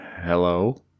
Hello